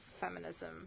feminism